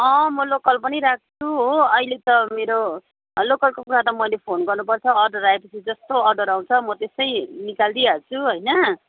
अँ म लोकल पनि राख्छु हो अहिले त मेरो लोकल कुखुरा त मैले फोन गर्नुपर्छ अर्डर आएपछि जस्तो अर्डर आउँछ म त्यस्तै निकालदिई हाल्छु होइन